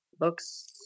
Books